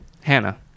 Hannah